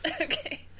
Okay